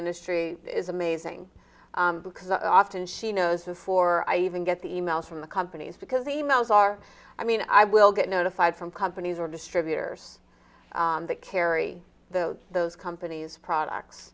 industry is amazing because often she knows this for i even get the e mails from the companies because e mails are i mean i will get notified from companies or distributors that carry those those company's products